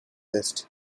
west